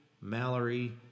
Mallory